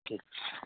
ठीक छै